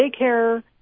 daycare